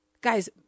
Guys